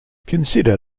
consider